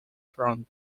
from